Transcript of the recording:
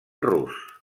rus